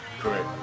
Correct